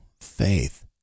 faith